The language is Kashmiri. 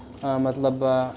مطلب